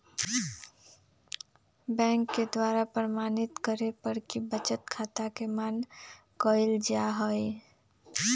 bank के द्वारा प्रमाणित करे पर ही बचत खाता के मान्य कईल जाहई